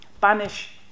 Banish